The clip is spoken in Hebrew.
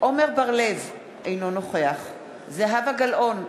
עמר בר-לב, אינו נוכח זהבה גלאון,